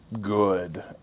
Good